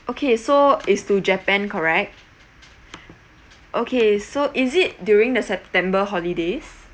okay so is to japan correct okay so is it during the september holidays